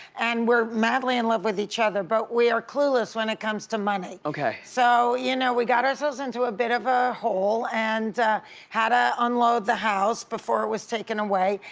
and we're madly in love with each other but we are clueless when it comes to money. okay. so you know we got ourselves into a bit of ah hole, and had to ah unload the house before it was taken away,